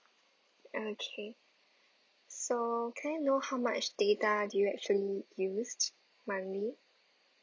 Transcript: okay so can I know how much data do you actually use monthly